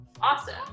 Awesome